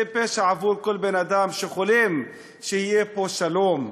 זה פשע עבור כל בן-אדם שחולם שיהיה פה שלום.